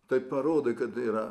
tai parodai kad yra